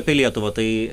apie lietuvą tai